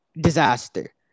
disaster